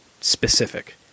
specific